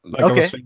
Okay